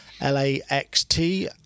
L-A-X-T